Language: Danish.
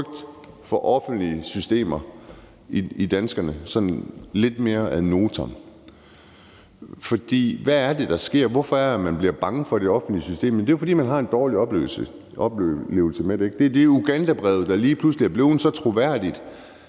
de offentlige systemer sådan lidt mere ad notam. For hvad er det, der sker? Hvorfor er det, man bliver bange for de offentlige systemer? Det er jo, fordi man har en dårlig oplevelse med det, ikke? Det er som med et Ugandabrev, hvor det lige pludselig kan laves så troværdigt,